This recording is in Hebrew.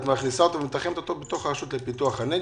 מרכז צעירים אז את מתחמת אותו ברשות לפיתוח הנגב.